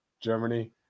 Germany